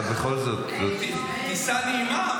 אבל בכל זאת --- טיסה נעימה,